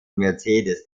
mercedes